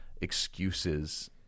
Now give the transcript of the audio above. excuses